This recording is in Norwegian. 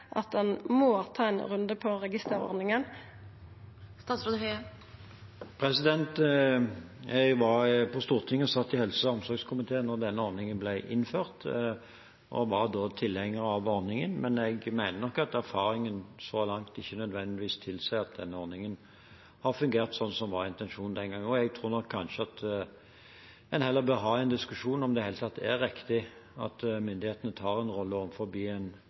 at ein må ta ein runde på registerordninga. Jeg var på Stortinget og satt i helse- og omsorgskomiteen da denne ordningen ble innført, og var da tilhenger av ordningen, men jeg mener nok at erfaringen så langt ikke nødvendigvis tilsier at ordningen har fungert slik som intensjonen var den gangen. Jeg tror nok kanskje at en heller bør ha en diskusjon om det i hele tatt er riktig at myndighetene tar en rolle overfor en